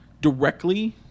directly